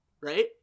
right